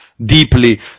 Deeply